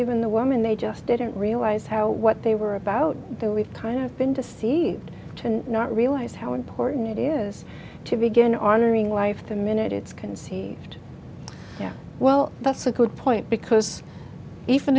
even the woman they just didn't realize how what they were about there we've kind of been deceived to not realize how important it is to begin ordering life the minute it's conceived yeah well that's a good point because even